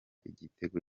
igitego